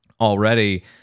already